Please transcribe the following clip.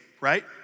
right